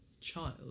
child